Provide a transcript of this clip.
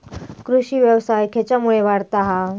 कृषीव्यवसाय खेच्यामुळे वाढता हा?